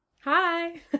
Hi